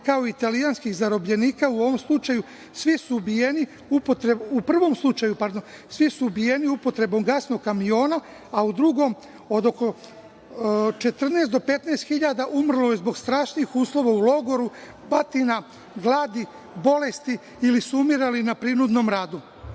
kao i italijanskih zarobljenika. U prvom slučaju svi su ubijeni upotrebom gasnog kamiona, a u drugom od oko 4 do 15 hiljada umrlo je zbog strašnih uslova u logoru, batina, gladi, bolesti ili su umirali na prinudnom radu. Kada